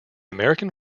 american